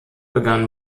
begann